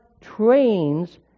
trains